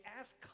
ask